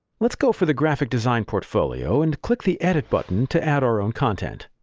let's go for the graphic design portfolio and click the edit button to add our own content.